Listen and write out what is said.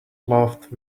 laughed